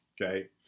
okay